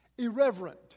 Irreverent